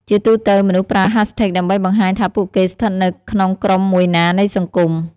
ជាទូទៅ មនុស្សប្រើ hashtags ដើម្បីបង្ហាញថាពួកគេស្ថិតនៅក្នុងក្រុមមួយណានៃសង្គម។